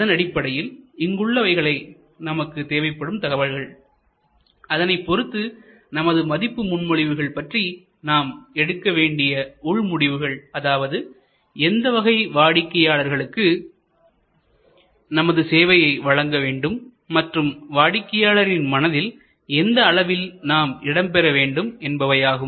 அதனடிப்படையில் இங்கு உள்ளவைகளே நமக்கு தேவைப்படும் தகவல்கள்அதனைப் பொறுத்து நமது மதிப்பு முன்மொழிவுகள் பற்றி நாம் எடுக்க வேண்டிய உள் முடிவுகள் அதாவது எந்தவகை வாடிக்கையாளர்களுக்கு தமது சேவையை வழங்க வேண்டும் மற்றும் வாடிக்கையாளரின் மனதில் எந்த அளவில் நாம்இடம்பெற வேண்டும் என்பவையாகும்